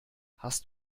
hast